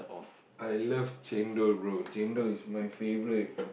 I love chendol bro chendol is my favourite